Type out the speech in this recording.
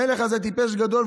המלך הזה טיפש גדול,